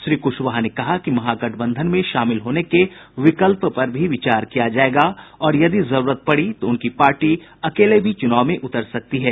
श्री कुशवाहा ने कहा कि महागठबंधन में शामिल होने के विकल्प पर भी विचार किया जायेगा और यदि जरूरत पड़ी तो उनकी पार्टी अकेले भी चुनाव में उतर सकती है